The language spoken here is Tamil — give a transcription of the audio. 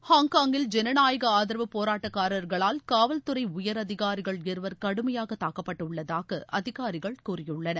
ஹாங்காங்கில் ஜனநாயக ஆதரவு போராட்டக்கார்களால் காவல் துறை உயரதிகாரிகள் இருவர் கடுமையாக தாக்கப்பட்டுள்ளதாக அதிகாரிகள் கூறியுள்ளனர்